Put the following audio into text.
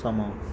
ਸਮਾਂ